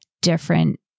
different